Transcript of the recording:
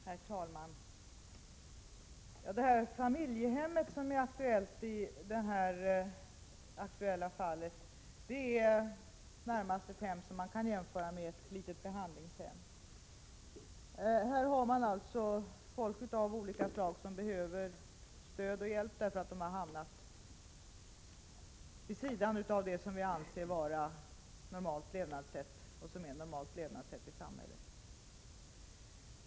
Herr talman! Det familjehem som är aktuellt är ett hem som närmast kan jämföras med ett litet behandlingshem. Där har man folk av olika slag som behöver stöd och hjälp därför att de har hamnat vid sidan av det som är normalt levnadssätt i samhället.